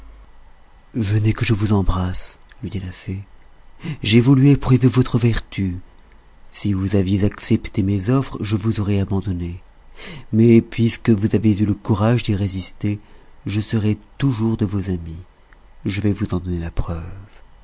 venez que je vous embrasse lui dit la fée j'ai voulu éprouver votre vertu si vous aviez accepté mes offres je vous aurais abandonné mais puisque vous avez eu le courage d'y résister je serai toujours de vos amies je vais vous en donner la preuve